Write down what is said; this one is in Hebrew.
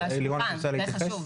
הכנסת, לירון את רוצה להתייחס?